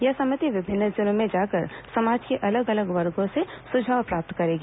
यह समिति विभिन्न जिलों में जाकर समाज के अलग अलग वर्गों से सुझाव प्राप्त करेगी